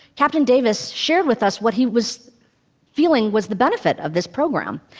captain davis shared with us what he was feeling was the benefit of this program.